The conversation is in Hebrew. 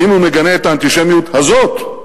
האם הוא מגנה את האנטישמיות הזאת?